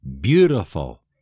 beautiful